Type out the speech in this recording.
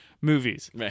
movies